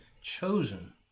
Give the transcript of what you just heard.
chosen